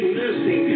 mercy